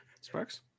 Sparks